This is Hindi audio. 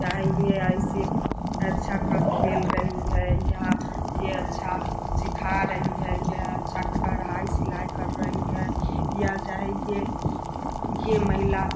चाहे यह ऐसे अच्छा खेल रही है या यह अच्छा सिखा रही है या अच्छा कढ़ाई सिलाई कर रही है या चाहे यह यह महिला